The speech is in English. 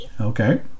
Okay